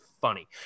funny